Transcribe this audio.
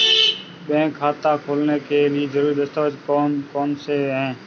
Bank खाता खोलने के लिए ज़रूरी दस्तावेज़ कौन कौनसे हैं?